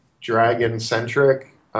dragon-centric